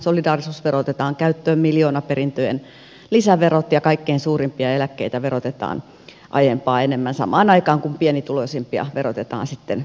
solidaarisuusvero otetaan käyttöön miljoonaperintöjen lisäverot ja kaikkein suurimpia eläkkeitä verotetaan aiempaa enemmän samaan aikaan kun pienituloisimpia verotetaan sitten vähemmän